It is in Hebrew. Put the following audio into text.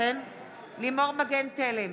בעד לימור מגן תלם,